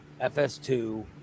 FS2